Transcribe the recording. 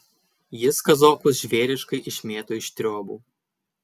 jis kazokus žvėriškai išmėto iš triobų